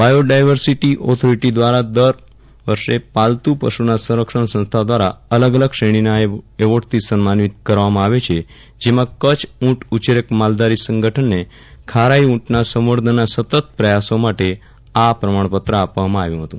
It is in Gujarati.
બાયોડાયવર્સીટી ઓથોરીટી દ્વારા દર પાલતુ પશુના સંરક્ષણ સંસ્થા દ્વારા અલગ અલગ શ્રેણીના એવોર્ડથી સન્માનિત કરવામાં આવે છે જેમાં કચ્છ ઉટ ઉચ્છેક માલધારી સંગઠનને ખારાઈ ઉટના સંવર્ધનના સતત પ્રયાસો માટે આ પ્રમાણપત્ર આપવામાં આવ્યું હતું